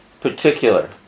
particular